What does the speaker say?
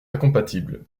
incompatibles